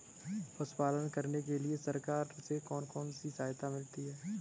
पशु पालन करने के लिए सरकार से कौन कौन सी सहायता मिलती है